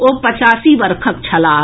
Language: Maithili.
ओ पचासी वर्षक छलाह